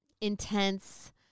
intense